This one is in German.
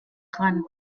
dran